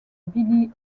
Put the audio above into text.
billie